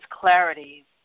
clarity